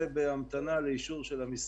זה בהמתנה לאישור של המשרד,